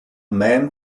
man